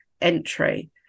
entry